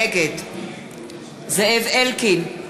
נגד זאב אלקין,